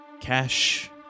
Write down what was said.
Cash